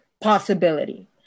possibility